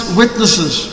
witnesses